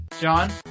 John